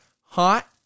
hot